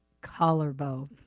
Collarbone